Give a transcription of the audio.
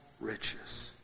riches